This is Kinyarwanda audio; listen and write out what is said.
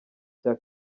cya